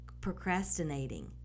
procrastinating